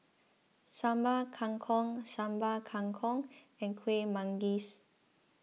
Sambal Kangkong Sambal Kangkong and Kueh Manggis